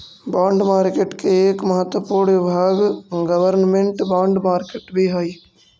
bond market के एक महत्वपूर्ण विभाग गवर्नमेंट बॉन्ड मार्केट भी हइ